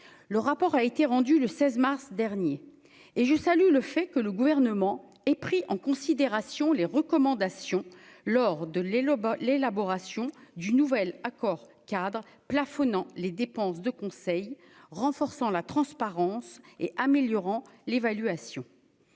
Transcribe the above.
le rapport a été rendu le 16 mars dernier et je salue le fait que le gouvernement est pris en considération les recommandations lors de les lobes à l'élaboration du nouvel accord cadre plafonnant les dépenses de conseil renforçant la transparence et améliorant l'évaluation